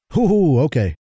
Okay